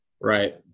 Right